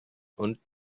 und